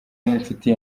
n’inshuti